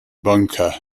bunker